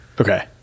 Okay